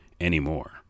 anymore